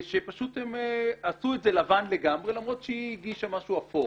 שפשוט הם עשו את זה לבן לגמרי למרות שהיא הגישה משהו אפור.